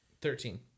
Thirteen